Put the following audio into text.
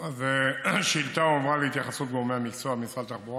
והדילמה הייתה בין פארק המסילה,